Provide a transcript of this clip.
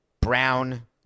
brown